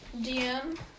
DM